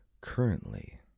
currently